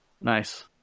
Nice